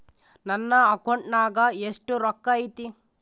ನನ್ನ ಅಕೌಂಟ್ ನಾಗ ಎಷ್ಟು ರೊಕ್ಕ ಐತಿ?